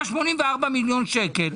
התקציב היה 84 מיליון שקל.